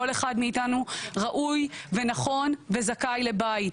כל אחד מאיתנו ראוי ונכון וזכאי לבית,